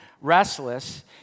restless